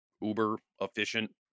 uber-efficient